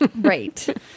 Right